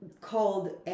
called